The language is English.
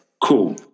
Cool